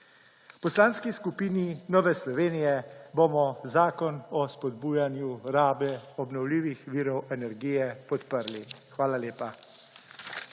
Poslanski skupini NSi bomo zakon o spodbujanju rabe obnovljivih virov energije podprli. Hvala lepa.